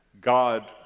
God